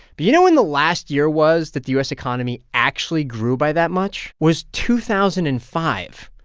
but you know when the last year was that the u s. economy actually grew by that much? was two thousand and five.